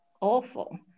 awful